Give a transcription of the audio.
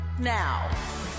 now